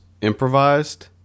improvised